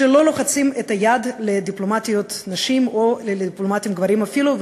שלא לוחצים את היד של דיפלומטיות נשים או דיפלומטים גברים אפילו,